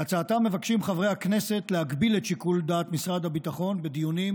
בהצעתם מבקשים חברי הכנסת להגביל את שיקול דעת משרד הביטחון בדיונים